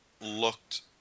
looked